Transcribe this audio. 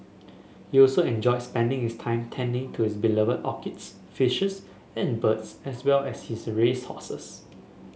he also enjoyed spending his time tending to his beloved orchids fishes and birds as well as his race horses